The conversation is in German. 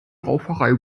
rauferei